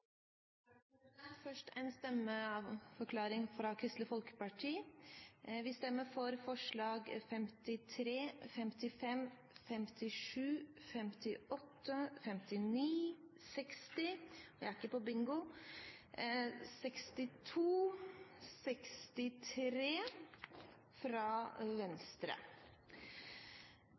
Først en stemmeforklaring fra Kristelig Folkeparti: Vi stemmer for forslagene nr. 53, nr. 55, nr. 57, nr. 58, nr. 59, nr. 60 – vi er ikke på bingo – nr. 62 og nr. 63 fra Venstre.